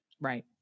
Right